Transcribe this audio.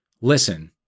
listen